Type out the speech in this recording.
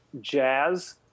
jazz